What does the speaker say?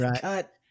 Cut